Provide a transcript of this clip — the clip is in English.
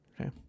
Okay